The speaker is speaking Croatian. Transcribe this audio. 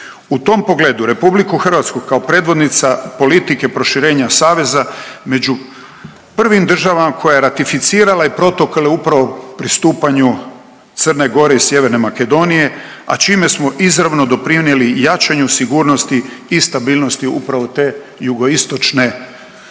U tom pogledu RH kao predvodnica politike proširenje saveza među prvim državama koja je ratificirala i protokole upravo pristupanju Crne Gore i Sjeverne Makedonije, a čime smo izravno doprinijeli jačanju sigurnosti i stabilnosti upravo te jugoistočne,